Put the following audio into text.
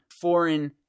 foreign